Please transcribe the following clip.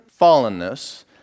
fallenness